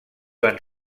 van